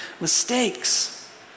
mistakes